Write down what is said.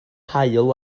haul